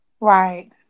Right